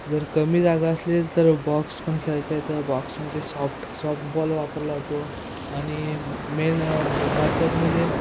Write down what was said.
जर कमी जागा असलेल तर बॉक्स पण खेळता येतं बॉक्समध्ये सॉफ्ट सॉफ्ट बॉल वापरला जातो आणि मेन म्हणजे महत्त्वाचं म्हणजे